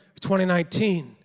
2019